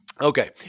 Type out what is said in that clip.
Okay